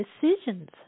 decisions